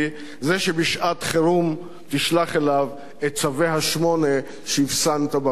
זה שבשעת חירום תשלח אליו את צווי 8 שאפסנת במגירה.